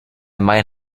might